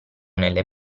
nelle